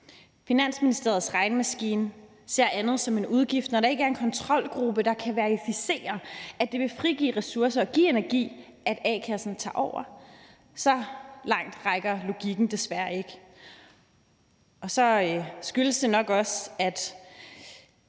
Finansministeriets regnemaskine ser andet end det som en udgift, når der ikke er en kontrolgruppe, der kan verificere, at det vil frigive ressourcer og give energi, at a-kassen tager over. Så langt rækker logikken desværre ikke. Og så skyldes det nok også, at